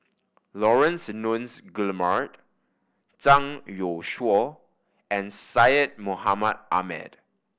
Laurence Nunns Guillemard Zhang Youshuo and Syed Mohamed Ahmed